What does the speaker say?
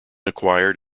acquired